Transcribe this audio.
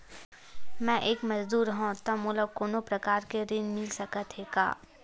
मैं एक मजदूर हंव त मोला कोनो प्रकार के ऋण मिल सकत हे का?